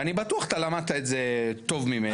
ואני בטוח שאתה למדת את זה טוב ממני.